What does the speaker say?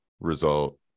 result